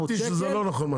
--- כשאתה נכנס למוסך,